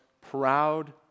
proud